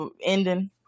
ending